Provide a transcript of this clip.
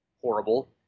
horrible